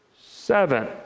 seven